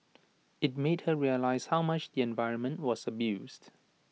IT made her realise how much the environment was abused